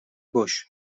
boş